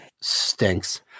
stinks